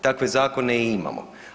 Takve zakone i imamo.